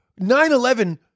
9-11